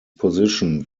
position